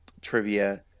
trivia